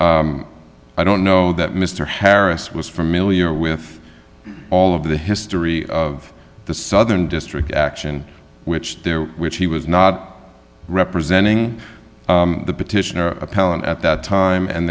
i don't know that mr harris was familiar with all of the history of the southern district action which there which he was not representing the petitioner appellant at that time and